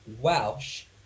Welsh